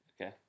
Okay